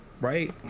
Right